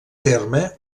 terme